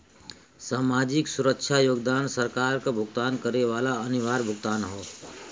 सामाजिक सुरक्षा योगदान सरकार क भुगतान करे वाला अनिवार्य भुगतान हौ